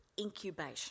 incubation